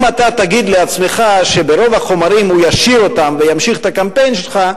אם אתה תגיד לעצמך שאת רוב החומרים הוא ישאיר וימשיך את הקמפיין שלך,